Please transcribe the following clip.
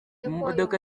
imodoka